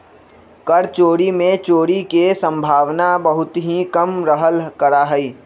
कर चोरी में चोरी के सम्भावना बहुत ही कम रहल करा हई